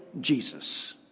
Jesus